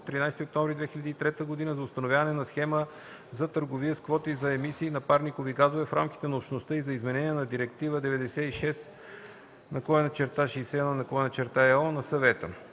13 октомври 2003 г. за установяване на схема за търговия с квоти за емисии на парникови газове в рамките на Общността и за изменение на Директива 96/61/ЕО на Съвета;